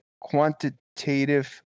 quantitative